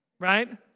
Right